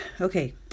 Okay